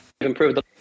improved